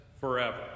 forever